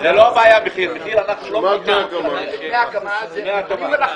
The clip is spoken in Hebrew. דמי הקמה למשל,